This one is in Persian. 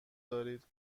دارید